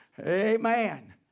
Amen